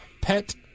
Pet